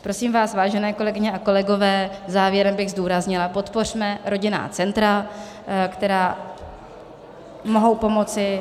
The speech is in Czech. Prosím vás, vážené kolegyně a kolegové, závěrem bych zdůraznila podpořme rodinná centra, která mohou pomoci...